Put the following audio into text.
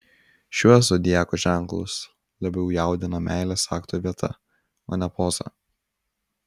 šiuos zodiako ženklus labiau jaudina meilės akto vieta o ne poza